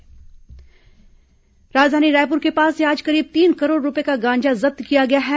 गांजा बरामद राजधानी रायपुर के पास से आज करीब तीन करोड़ रूपये का गांजा जब्त किया गया है